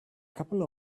couple